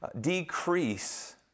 decrease